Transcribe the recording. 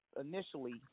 initially